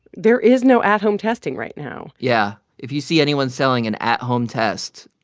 there is no at-home testing right now yeah. if you see anyone selling an at-home test,